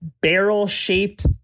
barrel-shaped